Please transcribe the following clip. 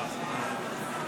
ההצבעה: